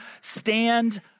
stand